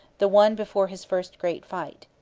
the one before his first great fight.